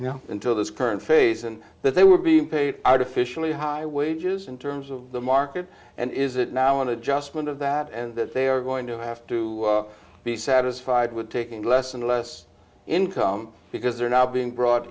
until now until this current phase and that they were being paid artificially high wages in terms of the market and is it now i want to just point of that and that they are going to have to be satisfied with taking us and less income because they're now being brought